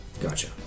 Gotcha